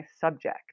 subject